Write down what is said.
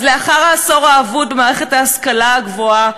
אז לאחר "העשור האבוד" במערכת ההשכלה הגבוהה,